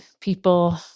people